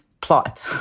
plot